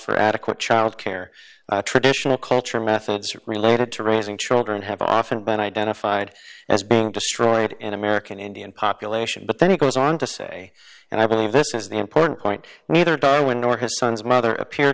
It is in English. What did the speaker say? for adequate child care traditional culture methods are related to raising children have often been identified as being destroyed in american indian population but then he goes on to say and i believe this is the important point neither darwin nor his son's mother appear